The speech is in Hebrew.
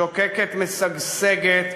שוקקת, משגשגת,